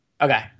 Okay